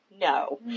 no